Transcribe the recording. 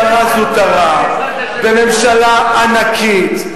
שרה זוטרה בממשלה ענקית,